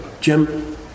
Jim